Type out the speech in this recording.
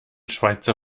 schweizer